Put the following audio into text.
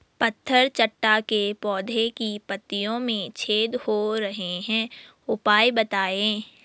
पत्थर चट्टा के पौधें की पत्तियों में छेद हो रहे हैं उपाय बताएं?